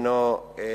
הוא לא מספיק.